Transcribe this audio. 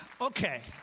okay